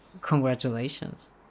Congratulations